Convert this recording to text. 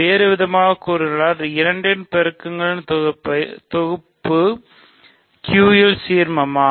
வேறுவிதமாகக் கூறினால் 2 இன் பெருக்கங்களின் தொகுப்பை இது Q இன் சீர்மமா